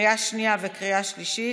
לקריאה שנייה וקריאה שלישית.